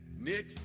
Nick